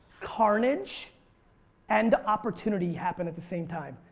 carnage and opportunity happen at the same time.